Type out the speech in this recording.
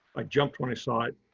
i jumped when i saw it.